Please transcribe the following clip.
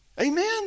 amen